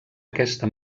aquesta